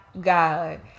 God